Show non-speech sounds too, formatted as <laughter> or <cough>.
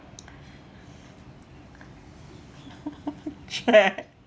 <laughs> !chey!